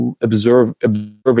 observing